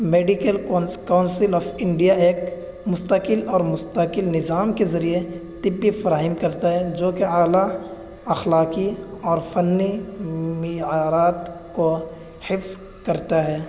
medical council of India ایک مستقل اور مستقل نظام کے ذریعے طبی فراہم کرتا ہے جوکہ اعلیٰ اخلاقی اور فنی معیارات کو حفظ کرتا ہے